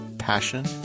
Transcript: passion